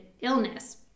illness